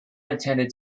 attended